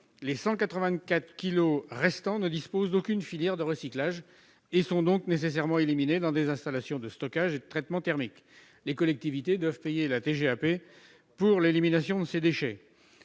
les 184 kilogrammes restants ne disposent d'aucune filière de recyclage et sont donc nécessairement éliminés dans des installations de stockage et de traitement thermique. Les collectivités doivent payer la TGAP pour l'élimination de ces déchets.